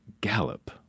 Gallop